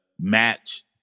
match